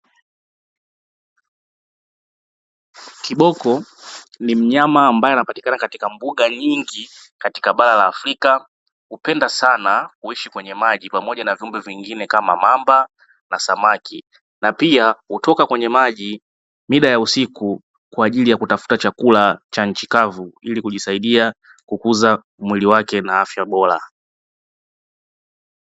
Kiboko ni mnyama ambaye anapatikana katika mbuga nyingi katika bara la Afrika, hupenda sana kuishi kwenye maji pamoja na viumbe vingine kama mamba na samaki, na pia hutoka kwenye maji mida ya usiku kwa ajili ya kutafuta chakula cha nchi kavu, ili kujisaidia kukuza mwili wake na afya bora.